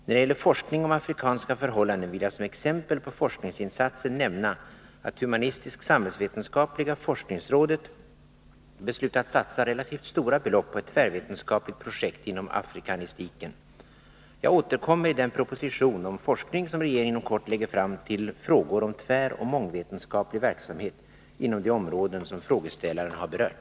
När det gäller forskning om afrikanska förhållanden vill jag som exempel på forskningsinsatser nämna att humanistisk-samhällsvetenskapliga forskningsrådet beslutat satsa relativt stora belopp på ett tvärvetenskapligt projekt inom afrikanistiken. Jag återkommer i den proposition om forskning m.m. som regeringen inom kort lägger fram till frågor om tväroch mångvetenskaplig verksamhet inom de områden som frågeställaren har berört.